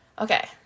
Okay